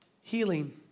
healing